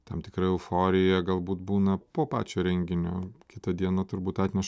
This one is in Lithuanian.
tam tikra euforija galbūt būna po pačio renginio kita diena turbūt atneša